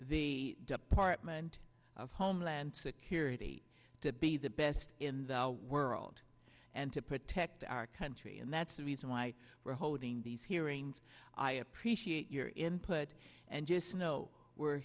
the department of homeland security to be the best in the world and to protect our country and that's the reason why we're holding these hearings i appreciate your input and just know we're